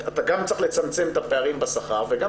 אתה גם צריך לצמצם את הפערים בשכר וגם